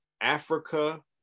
africa